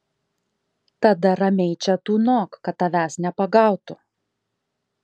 tada ramiai čia tūnok kad tavęs nepagautų